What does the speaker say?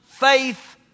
faith